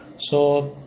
so